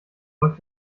läuft